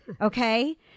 okay